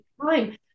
time